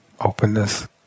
Openness